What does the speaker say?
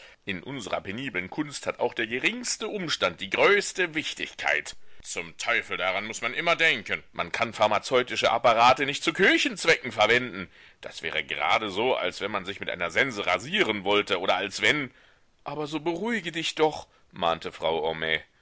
in unsrer peniblen kunst hat auch der geringste umstand die größte wichtigkeit zum teufel daran muß man immer denken man kann pharmazeutische apparate nicht zu küchenzwecken verwenden das wäre gradeso als wenn man sich mit einer sense rasieren wollte oder als wenn aber so beruhige dich doch mahnte frau